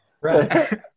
right